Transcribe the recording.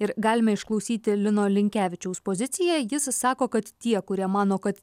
ir galime išklausyti lino linkevičiaus poziciją jis sako kad tie kurie mano kad